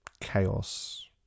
chaos